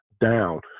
down